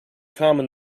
common